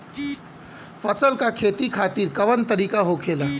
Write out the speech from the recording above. फसल का खेती खातिर कवन तरीका होखेला?